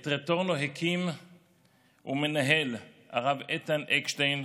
את "רטורנו" הקים ומנהל הרב איתן אקשטיין,